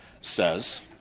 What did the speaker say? says